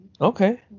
Okay